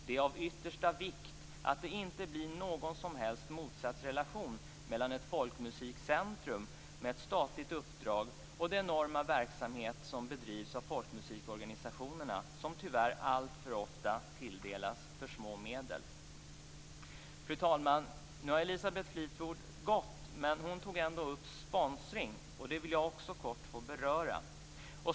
Det är av yttersta vikt att det inte blir någon som helst motsatsrelation mellan ett folkmusikcentrum med ett statligt uppdrag och den enorma verksamhet om bedrivs av folkmusikorganisationerna, som tyvärr alltför ofta tilldelas för små medel. Fru talman! Nu har Elisabeth Fleetwood gått, men jag vill ändå säga att hon tog upp sponsring. Det vill jag också kort få beröra.